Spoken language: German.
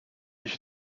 ich